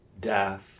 death